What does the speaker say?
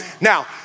Now